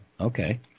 Okay